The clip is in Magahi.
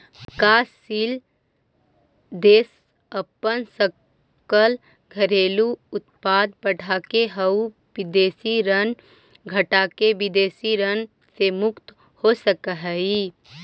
विकासशील देश अपन सकल घरेलू उत्पाद बढ़ाके आउ विदेशी ऋण घटाके विदेशी ऋण से मुक्त हो सकऽ हइ